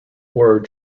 word